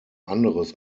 anderes